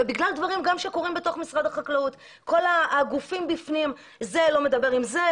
גם בגלל דברים שקורים בתוך הגופים במשרד החקלאות כשזה לא מדבר עם זה,